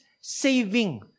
saving